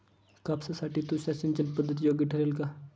कापसासाठी तुषार सिंचनपद्धती योग्य ठरेल का?